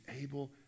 able